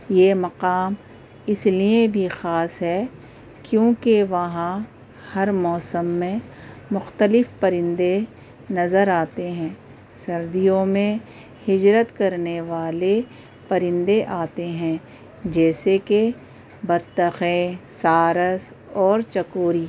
یہ مقام اس لیے بھی خاص ہے کیونکہ وہاں ہر موسم میں مختلف پرندے نظر آتے ہیں سردیوں میں ہجرت کرنے والے پرندے آتے ہیں جیسے کہ بطخیں سارس اور چکوری